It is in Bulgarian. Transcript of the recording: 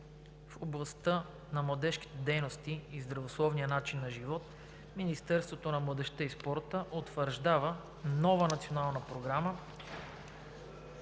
В областта на младежките дейности и здравословния начин на живот Министерството на младежта и спорта утвърждава нова Национална програма,